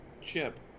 chip